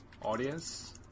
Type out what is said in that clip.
Audience